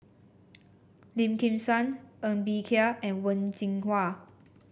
Lim Kim San Ng Bee Kia and Wen Jinhua